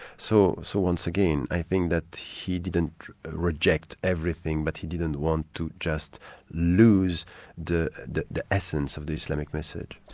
so so once again i think that he didn't reject everything, but he didn't want to just lose the the essence of the islamic message.